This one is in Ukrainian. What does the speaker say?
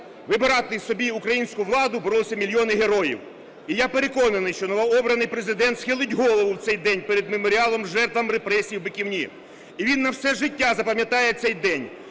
вибирати собі українську владу боролися мільйони героїв. І я переконаний, що новообраний Президент схилить голову в цей день перед меморіалом жертвам репресій в Биківні. І він на все життя запам'ятає цей день,